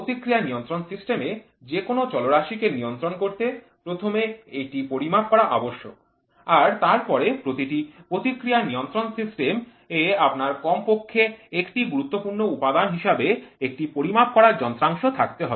প্রতিক্রিয়া নিয়ন্ত্রণ সিস্টেম এ যে কোনও চলরাশি কে নিয়ন্ত্রণ করতে প্রথমে এটি পরিমাপ করা আবশ্যক আর তারপরে প্রতিটি প্রতিক্রিয়া নিয়ন্ত্রণ সিস্টেম এ আপনার কমপক্ষে একটি গুরুত্বপূর্ণ উপাদান হিসাবে একটি পরিমাপ করার যন্ত্রাংশ থাকবে